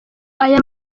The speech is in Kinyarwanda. aya